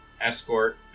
escort